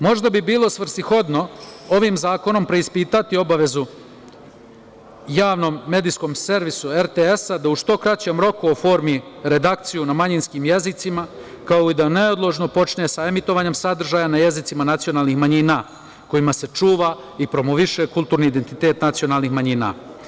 Možda bi bilo svrsishodno ovim zakonom preispitati obavezu javnom medijskom servisu RTS da u što kraćem roku oformi redakciju na manjinskim jezicima, kao i da neodložno počne sa emitovanjem sadržaja na jezicima nacionalnih manjina, kojima se čuva i promoviše kulturni identitet nacionalnih manjina.